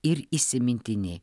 ir įsimintini